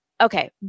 Okay